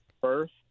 first